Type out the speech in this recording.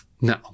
No